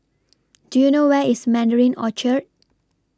Do YOU know Where IS Mandarin Orchard